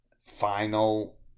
final